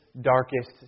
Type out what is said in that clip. darkest